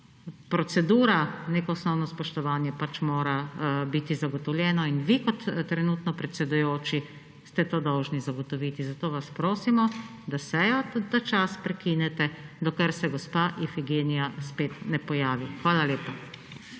procedura, neko osnovno spoštovanje pač mora biti zagotovljeno in vi kot trenutno ste dolžni zagotoviti. Zato vas prosimo, da sejo tačas prekinite, dokler se gospa Ifigenija spet ne pojavi.